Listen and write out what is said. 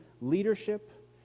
leadership